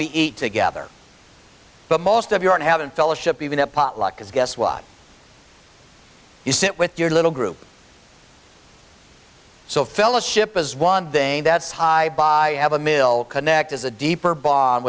we eat together but most of you aren't having fellowship even a potluck because guess what you sit with your little group so fellowship is one thing that's high by have a mill connect as a deeper bond